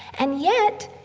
and yet,